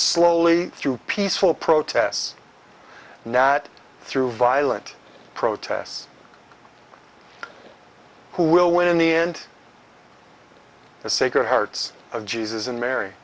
slowly through peaceful protests now that through violent protests who will win in the end the sacred hearts of jesus and mary